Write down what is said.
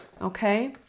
Okay